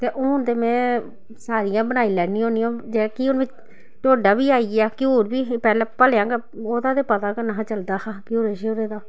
ते हून ते में सारियां बनाई लैन्नी होन्नी आं जेह्ड़ा घ्यूर मी ढोडा बी आई गेआ घ्यूर बी आई गेआ भलेआ गै ओह्दा ते पता गै निं हा चलदा हा घ्यूरे श्यूरे दा